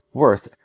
worth